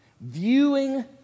viewing